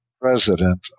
president